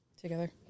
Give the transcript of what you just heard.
together